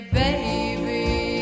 baby